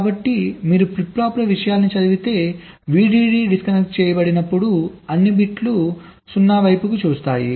కాబట్టి మీరు ఫ్లిప్ ఫ్లాప్ల విషయాలను చదివితే VDD డిస్కనెక్ట్ చేయబడినప్పుడు అన్ని బిట్లు 0 వైపు చూస్తాయి